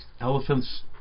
elephants